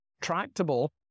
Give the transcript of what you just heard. tractable